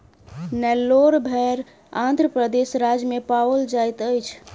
नेल्लोर भेड़ आंध्र प्रदेश राज्य में पाओल जाइत अछि